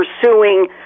pursuing